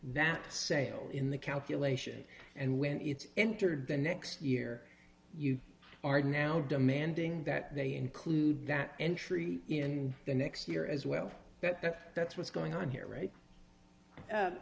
that sale in the calculation and when it's entered the next year you are now demanding that they include that entry in the next year as well but that's what's going on here right